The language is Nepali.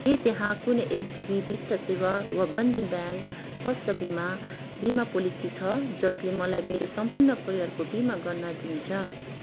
के त्यहाँ कुनै एचडिबी वित्त सेवा वा बन्धन ब्याङ्क स्वास्थ्य बिमा बिमा पोलिसी छ जसले मलाई मेरो सम्पूर्ण परिवारको बिमा गर्न दिन्छ